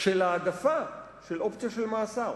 של העדפה של אופציה של מאסר